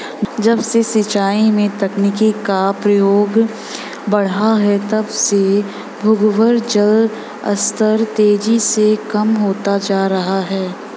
जब से सिंचाई में तकनीकी का प्रयोग बड़ा है तब से भूगर्भ जल स्तर तेजी से कम होता जा रहा है